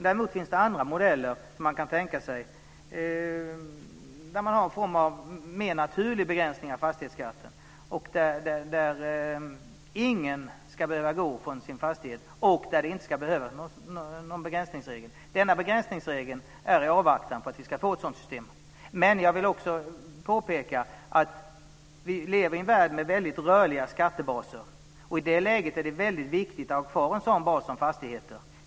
Däremot finns det andra modeller som kan tänkas med mer naturliga begränsningar i fastighetsskatten, där ingen ska behöva gå från sin fastighet och där det inte ska behövas någon begränsningsregel. Denna begränsningsregel finns i avvaktan på ett sådant system. Jag vill också påpeka att vi lever i en värld med rörliga skattebaser. I det läget är det viktigt att ha kvar en sådan bas som fastigheter.